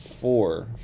four